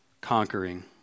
conquering